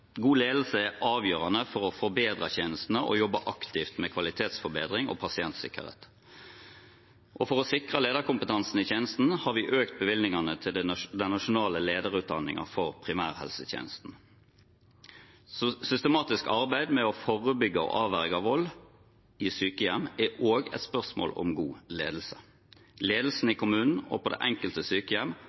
God ledelse er avgjørende for å forbedre tjenestene og jobbe aktivt med kvalitetsforbedring og pasientsikkerhet. For å sikre lederkompetansen i tjenesten har vi økt bevilgningene til den nasjonale lederutdanningen for primærhelsetjenesten. Systematisk arbeid med å forebygge og avverge vold i sykehjem er også et spørsmål om god ledelse. Ledelsen i kommunen og på det enkelte sykehjem